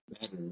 better